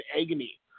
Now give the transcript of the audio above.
agony